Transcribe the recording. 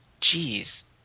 Jeez